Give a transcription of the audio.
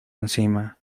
encima